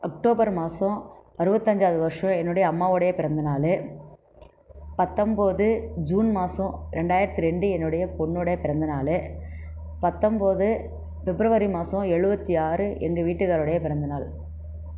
October மாதம் அறுபத்தஞ்சாவது வருடம் என்னுடைய அம்மாவுடைய பிறந்தநாள் பத்தொம்போது ஜூன் மாசம் ரெண்டாயிரத்தி ரெண்டு என்னுடைய பொண்ணோடய பிறந்தநாள் பத்தன்போது ஃபிப்ரவரி மாதம் எழுவத்தி ஆறு எங்க வீட்டுக்காரரோடைய பிறந்தநாள்